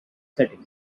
setting